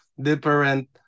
different